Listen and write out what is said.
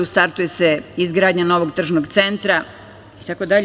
Startuje izgradnja novog tržnog centra itd.